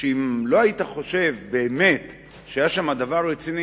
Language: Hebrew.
שאם לא היית חושב באמת שהיה שם דבר רציני,